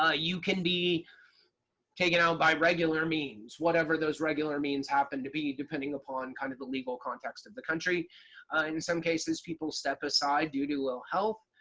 ah you can be taken out by regular means, whatever those regular means happen to be depending upon kind of the legal context of the country. in some cases people step aside due to ill health.